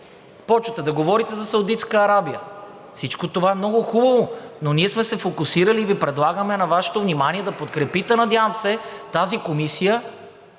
започвате да говорите за Саудитска Арабия. Всичко това е много хубаво, но ние сме се фокусирали и предлагаме на Вашето внимание да подкрепите, надявам се, тази комисия,